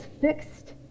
fixed